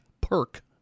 Perk